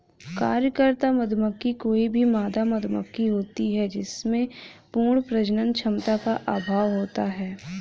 कार्यकर्ता मधुमक्खी कोई भी मादा मधुमक्खी होती है जिसमें पूर्ण प्रजनन क्षमता का अभाव होता है